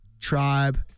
Tribe